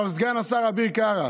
אבל סגן השר אביר קארה.